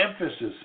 Emphasis